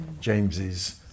James's